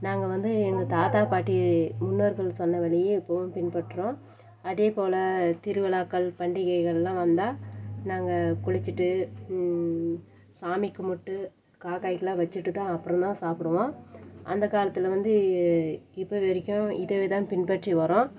நாங்கள் வந்து எங்கள் தாத்தா பாட்டி முன்னோர்கள் சொன்ன வழியே இப்போவும் பின்பற்றுறோம் அதேபோல் திருவிழாக்கள் பண்டிகைகள்லாம் வந்தால் நாங்கள் குளித்துட்டு சாமி கும்பிட்டுட்டு காக்காய்க்குலாம் வச்சுட்டு தான் அப்புறந்தான் சாப்பிடுவோம் அந்த காலத்துலருந்து இப்போ வரையும் இதே தான் பின்பற்றி வரோம்